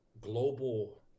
global